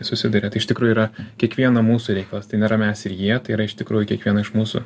susiduria tai iš tikrųjų yra kiekvieno mūsų reikalas tai nėra mes ir jie tai yra iš tikrųjų kiekvieno iš mūsų